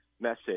message